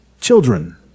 children